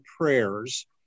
prayers